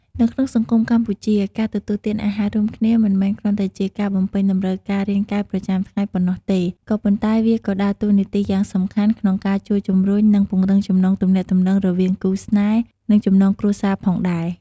នៅក្នុងសង្គមកម្ពុជា ការទទួលទានអាហាររួមគ្នា មិនមែនគ្រាន់តែជាការបំពេញតម្រូវការរាងកាយប្រចាំថ្ងៃប៉ុណ្ណោះទេ ក៏ប៉ុន្តែវាក៏ដើរតួនាទីយ៉ាងសំខាន់ក្នុងការជួយជំរុញ និង ពង្រឹងចំណងទំនាក់ទំនងរវាងគូស្នេហ៍ និងចំណងគ្រួសារផងដែរ។